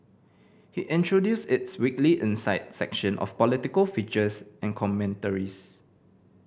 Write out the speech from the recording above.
he introduced its weekly Insight section of political features and commentaries